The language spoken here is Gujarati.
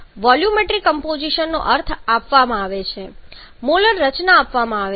વોલ્યુમેટ્રિક કમ્પોઝિશનને અર્થ આપવામાં આવે છે મોલર રચના આપવામાં આવે છે